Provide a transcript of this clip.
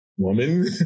Woman